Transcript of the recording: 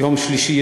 יום שלישי,